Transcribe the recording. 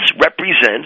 represents